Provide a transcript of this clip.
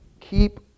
Keep